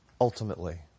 ultimately